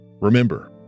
Remember